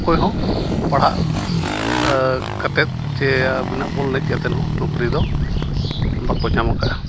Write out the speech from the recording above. ᱚᱠᱚᱭ ᱦᱚᱸ ᱯᱟᱲᱦᱟᱜ ᱠᱟᱛᱮᱫ ᱪᱮ ᱟᱵᱮᱱᱟᱜ ᱵᱚᱞ ᱮᱱᱮᱡ ᱠᱟᱛᱮᱫ ᱦᱚᱸ ᱱᱚᱠᱨᱤ ᱫᱚ ᱵᱟᱠᱚ ᱧᱟᱢ ᱠᱟᱜᱼᱟ